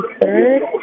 third